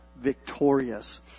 victorious